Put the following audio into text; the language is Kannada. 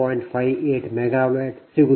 58 ಮೆಗಾವ್ಯಾಟ್ ಸಿಗುತ್ತದೆ